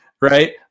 right